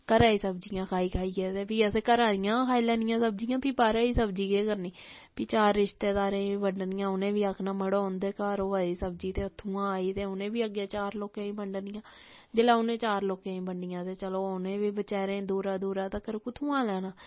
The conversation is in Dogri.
घरै दी सब्जियां खाई खाइयै ते फ्ही असें घरै दियां गै खाई लैनियां सब्जियां फ्ही बाह्रा दी सब्जी केह् करनी फ्ही चार रिश्तेदारें गी बी बंडनियां उ'नें बी आखना मड़ो उं'दे घर होआ दी सब्जी ते उत्थुआं आई ते उ'नें बी अग्गें चार लोकें गी बंडनियां जिल्लै उ'नें चार लोकें गी बंडियां चे चलो उ'नें गी बी बचैरैं गी दूरा दूरा तक्कर कु'त्थुआं लैना